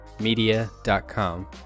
media.com